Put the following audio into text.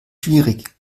schwierig